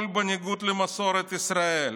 הכול בניגוד למסורת ישראל.